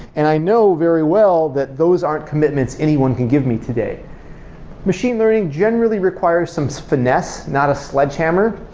and i know very well that those aren't commitments anyone can give me today machine learning generally requires some finesse, not a sledgehammer,